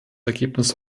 ergebnis